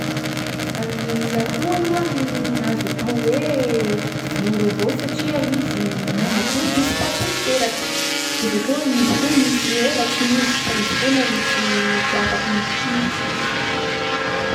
Ny akoho aloha azo atao hoe voro avao satria izy manatody izy fa tsy miteraky. De bakeo, izy koa misy helatsiny izy. Fa izy foana ro tsy- tsy afaky mitily.